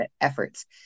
efforts